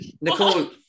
nicole